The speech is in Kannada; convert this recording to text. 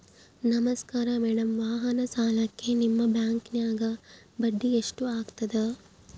ನಮಸ್ಕಾರ ಮೇಡಂ ವಾಹನ ಸಾಲಕ್ಕೆ ನಿಮ್ಮ ಬ್ಯಾಂಕಿನ್ಯಾಗ ಬಡ್ಡಿ ಎಷ್ಟು ಆಗ್ತದ?